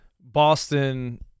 Boston